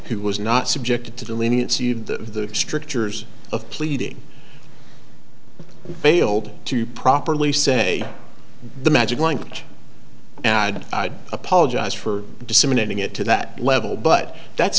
who was not subjected to the leniency of the strictures of pleading failed to properly say the magic language and i'd apologize for disseminating it to that level but that's